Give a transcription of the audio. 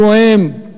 אלו הם,